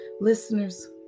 Listeners